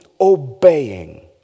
obeying